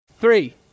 Three